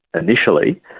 initially